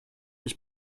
ich